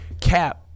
Cap